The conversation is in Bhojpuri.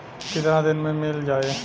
कितना दिन में मील जाई?